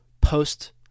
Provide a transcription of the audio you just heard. post